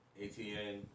ATN